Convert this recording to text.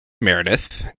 Meredith